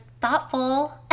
thoughtful